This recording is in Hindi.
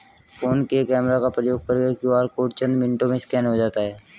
फोन के कैमरा का प्रयोग करके क्यू.आर कोड चंद मिनटों में स्कैन हो जाता है